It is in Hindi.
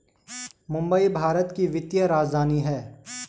मुंबई भारत की वित्तीय राजधानी है